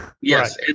Yes